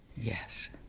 Yes